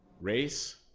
Race